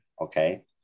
okay